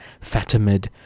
Fatimid